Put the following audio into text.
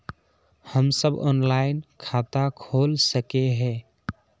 हम सब ऑनलाइन खाता खोल सके है?